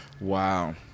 wow